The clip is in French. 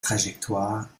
trajectoire